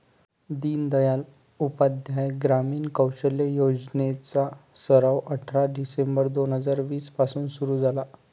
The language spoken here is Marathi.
दीनदयाल उपाध्याय ग्रामीण कौशल्य योजने चा सराव अठरा डिसेंबर दोन हजार वीस पासून सुरू झाला